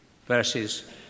Verses